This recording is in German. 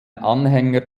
anhänger